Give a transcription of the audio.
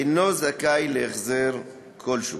אינו זכאי להחזר כלשהו.